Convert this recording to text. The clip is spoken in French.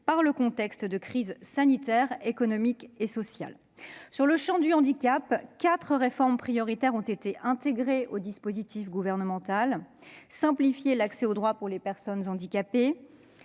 par le contexte de la crise sanitaire, économique et sociale. Dans le champ du handicap, quatre réformes prioritaires ont été intégrées au dispositif gouvernemental : elles visent à simplifier l'accès aux droits pour les personnes handicapées,